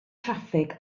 traffig